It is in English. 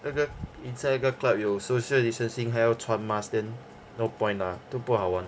那个 inside 那个 club 有 social distancing 还要穿 mask then no point lah 都不好玩